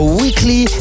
weekly